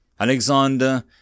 Alexander